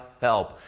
help